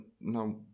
now